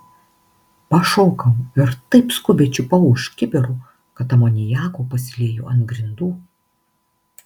pašokau ir taip skubiai čiupau už kibiro kad amoniako pasiliejo ant grindų